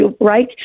right